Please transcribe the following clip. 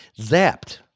Zapped